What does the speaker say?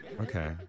Okay